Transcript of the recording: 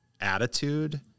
attitude